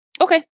Okay